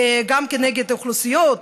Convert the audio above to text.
גם כנגד אוכלוסיות,